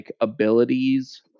abilities